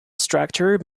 structure